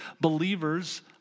believers